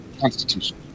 Constitution